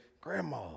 Grandma